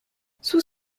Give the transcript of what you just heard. sous